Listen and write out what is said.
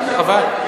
חבל.